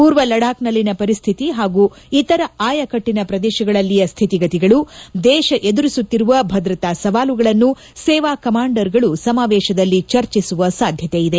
ಪೂರ್ವ ಲಡಾಬ್ನಲ್ಲಿನ ಪರಿಸ್ಥಿತಿ ಹಾಗೂ ಇತರ ಆಯಕಟ್ಟನ ಪ್ರದೇಶಗಳಲ್ಲಿ ಸ್ಥಿತಿಗತಿಗಳು ದೇಶ ಎದುರಿಸುತ್ತಿರುವ ಭದ್ರತಾ ಸವಾಲುಗಳನ್ನು ಸೇನಾ ಕಮಾಂಡರ್ಗಳು ಸಮಾವೇಶದಲ್ಲಿ ಚರ್ಚಿಸುವ ಸಾಧ್ಯತೆ ಇದೆ